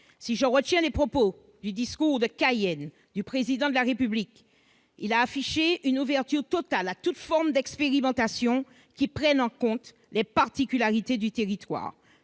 à l'esprit les propos du discours de Cayenne du Président de la République, qui affichait une ouverture totale à toute forme d'expérimentation prenant en compte les particularités du territoire.